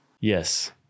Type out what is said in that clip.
Yes